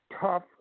tough